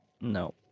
No